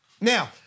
Now